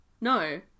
No